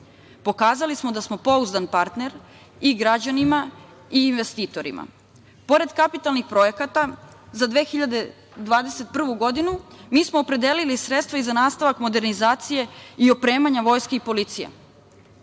Pokazali smo da smo pouzdan partner i građanima i investitorima. Pored kapitalnih projekata za 2021. godinu, mi smo opredelili sredstva i za nastavak modernizacije i opremanje vojske i policije,